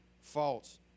false